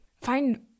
Find